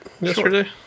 yesterday